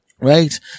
Right